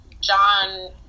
John